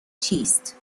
چیست